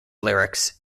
lyrics